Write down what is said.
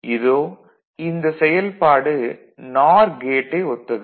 இதோ இந்த செயல்பாடு நார் கேட்டை ஒத்தது